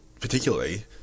particularly